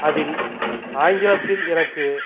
அதில் ஆங்கிலத்தில் எனக்கு